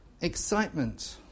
excitement